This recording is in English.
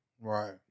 right